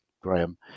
Graham